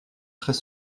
très